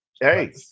Hey